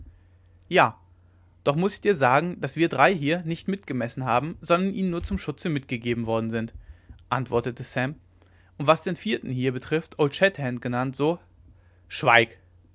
ja doch muß ich dir sagen daß wir drei hier nicht mit gemessen haben sondern ihnen nur zum schutze mitgegeben worden sind antwortete sam und was den vierten hier betrifft old shatterhand genannt so schweig